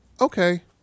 okay